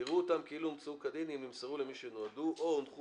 יראו אותם כאילו הומצאו כדין אם נמסרו למי שנועדו או הונחו